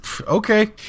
Okay